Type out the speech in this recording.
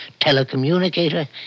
telecommunicator